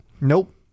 Nope